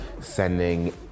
sending